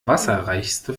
wasserreichste